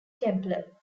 templar